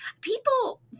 people